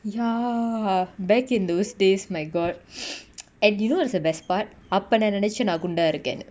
ya back in those days my god and you know what's the best part அப்ப நா நெனச்ச நா குண்டா இருக்கனு:apa na nenacha na kunda irukanu